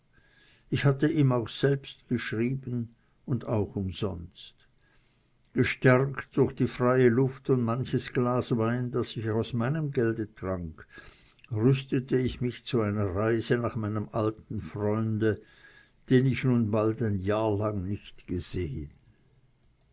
ich hatte ihm selbst geschrieben und auch umsonst gestärkt durch die freie luft und manches glas wein das ich aus meinem gelde trank rüstete ich mich zu einer reise nach meinem alten freunde den ich nun bald ein jahr lang nicht gesehen